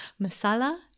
masala